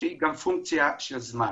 שהיא גם פונקציה של זמן.